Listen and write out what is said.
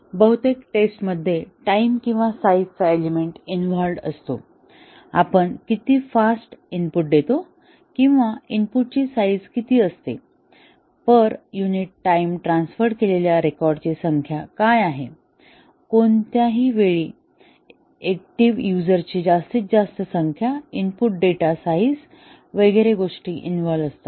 तर बहुतेक टेस्ट मध्ये टाइम किंवा साईझ चा एलिमेंट इन्व्हॉल्व्ह असतो आपण किती फास्ट इनपुट देतो किंवा इनपुटची साईझ किती असते पर युनिट टाइम ट्रान्सफरड केलेल्या रेकॉर्डची संख्या काय आहे कोणत्याही वेळी ऍक्टिव्ह युझर ची जास्तीत जास्त संख्या इनपुट डेटा साईझ वगैरे गोष्टी इन्व्हॉल्व्ह असतात